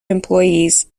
employees